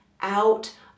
out